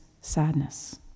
sadness